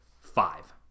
Five